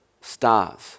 stars